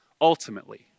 ultimately